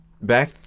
Back